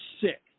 sick